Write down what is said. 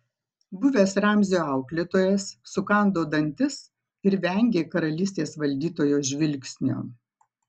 buvęs ramzio auklėtojas sukando dantis ir vengė karalystės valdytojo žvilgsnio